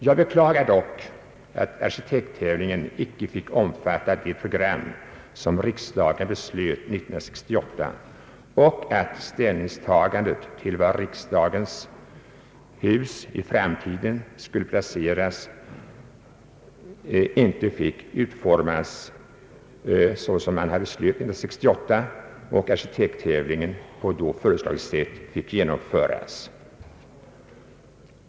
Jag beklagar dock att arkitekttävlingen icke fick omfatta det program som riksdagen beslöt 1968 och att ställningstagandet till var riksdagens framtida permanenta hus skulle placeras och hur det skulle utformas fick anstå tills en arkitekttävling genomförts.